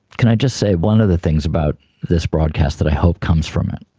can i just say one of the things about this broadcast that i hope comes from it,